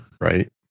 Right